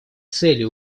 цели